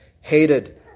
hated